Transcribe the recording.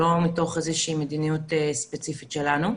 לא מתוך איזושהי מדיניות ספציפית שלנו.